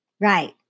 Right